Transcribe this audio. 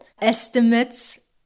estimates